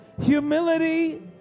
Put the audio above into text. humility